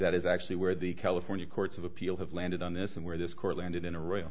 that is actually where the california courts of appeal have landed on this and where this court landed in a r